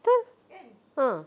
betul ah